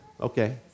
okay